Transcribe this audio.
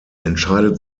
entscheidet